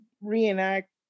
reenact